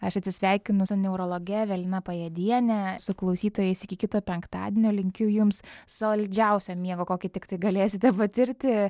aš atsisveikinu su neurologe evelina pajėdiene su klausytojais iki kito penktadienio linkiu jums saldžiausio miego kokį tiktai galėsite patirti